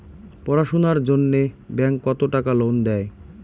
পড়াশুনার জন্যে ব্যাংক কত টাকা লোন দেয়?